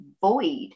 void